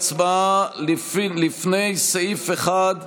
ויקנו אותם בחצי רשות ועדה עוד לפני שהם דרכו